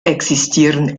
existieren